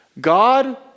God